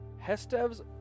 Hestev's